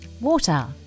water